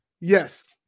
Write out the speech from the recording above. Yes